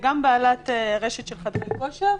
גם בעלת רשת של חדרי כושר,